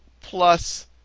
plus